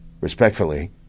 Respectfully